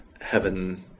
heaven